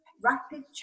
rapid